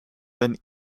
than